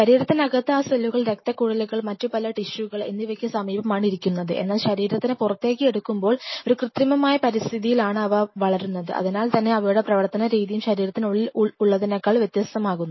ശരീരത്തിനകത്ത് ആ സെല്ലുകൾ രക്തക്കുഴലുകൾ മറ്റുപല ടിഷ്യുകൾ എന്നിവയ്ക്ക് സമീപമാണ് ഇരിക്കുന്നത് എന്നാൽ ശരീരത്തിന് പുറത്തേക്ക് എടുക്കുമ്പോൾ ഒരു കൃത്രിമമായ പരിസ്ഥിതിയിൽ ആണ് അവ വളരുന്നത് അതിനാൽ തന്നെ അവയുടെ പ്രവർത്തനരീതിയും ശരീരത്തിനുള്ളിൽ ഉള്ളതിനേക്കാൾ വ്യത്യസ്തമാകുന്നു